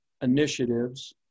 initiatives